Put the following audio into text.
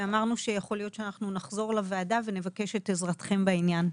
אמרנו שיכול להיות שאנחנו נחזור לוועדה ונבקש את עזרתכם בעניין.